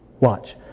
Watch